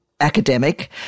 Academic